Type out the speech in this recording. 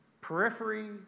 periphery